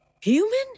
Human